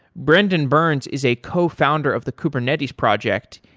brendan burns is a cofounder of the kubernetes project,